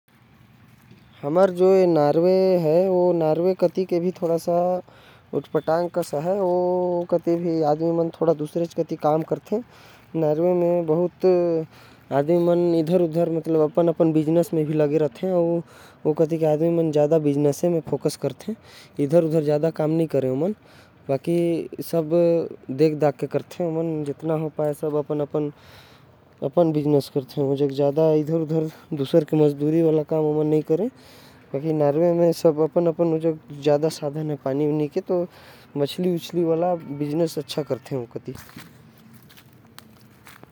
नॉर्वे के लोगमन भी इधर उधर काम करथे। उधर के लोग मन भी ज्यादातर व्यापार करथे। मजदूरी नही करते वहा के लोग मन अउ। मछली के व्यापार ज्यादा करथे।